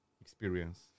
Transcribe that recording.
experience